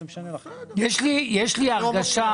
יש לי הרגשה